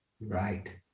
Right